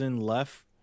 left